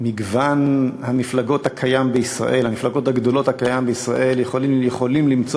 מגוון המפלגות הגדול הקיים בישראל יכולים למצוא